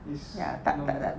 it's a normal